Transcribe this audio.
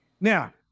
Now